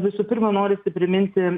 visų pirma norisi priminti